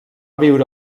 viure